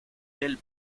del